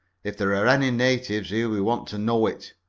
if there are any natives here we want to know it.